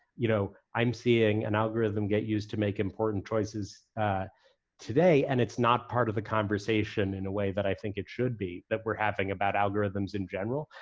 you know i'm seeing an algorithm get used to make important choices today and it's not part of the conversation in a way that i think it should be, that we're having bad algorithms in general,